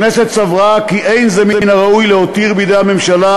הכנסת סברה כי אין זה מן הראוי להותיר בידי הממשלה